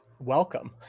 Welcome